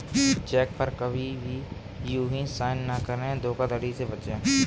check पर कहीं भी यू हीं साइन न करें धोखाधड़ी से बचे